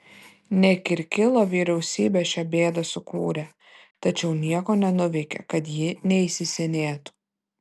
ne kirkilo vyriausybė šią bėdą sukūrė tačiau nieko nenuveikė kad ji neįsisenėtų